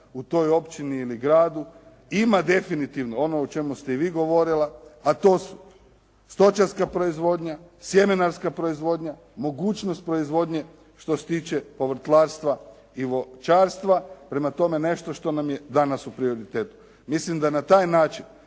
u toj općini ili gradu ima definitivno ono o čemu ste i vi govorila, a to su stočarska proizvodnja, sjemenarska proizvodnja, mogućnost proizvodnje što se tiče povrtlarstva i voćarstva, prema tome nešto što nam je danas u prioritetu. Mislim da na taj način